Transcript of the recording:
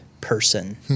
person